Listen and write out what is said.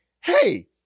hey